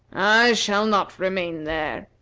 shall not remain there.